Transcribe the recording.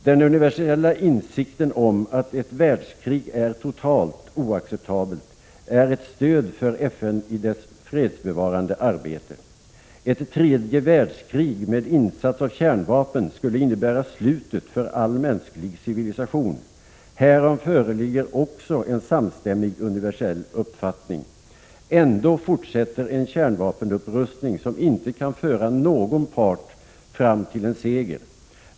Den universella insikten om att ett världskrig är totalt oacceptabelt är ett stöd för FN i dess fredsbevarande arbete. Ett tredje världskrig med insats av kärnvapen skulle innebära slutet för all mänsklig civilisation. Härom föreligger också en samstämmig universell uppfattning. Ändå fortsätter en kärnvapenupprustning som inte kan föra någon part fram till en seger.